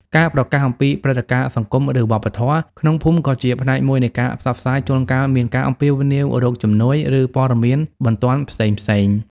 ការប្រកាសអំពី ព្រឹត្តិការណ៍សង្គម ឬវប្បធម៌ ក្នុងភូមិក៏ជាផ្នែកមួយនៃការផ្សព្វផ្សាយ ជួនកាលមាន ការអំពាវនាវរកជំនួយ ឬ ព័ត៌មានបន្ទាន់ផ្សេងៗ។